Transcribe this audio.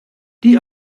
die